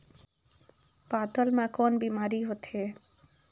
पातल म कौन का बीमारी होथे?